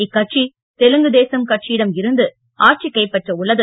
இக்கட்சி தெலுங்கு தேசம் கட்சியிடம் இருந்து ஆட்சி கைப்பற்ற உள்ளது